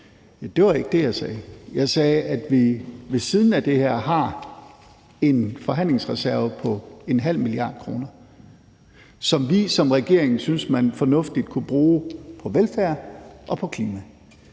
Det var ikke det, jeg sagde. Jeg sagde, at vi ved siden af det her har en forhandlingsreserve på 0,5 mia. kr., som vi som regering synes man fornuftigt kunne bruge på velfærd og på klima.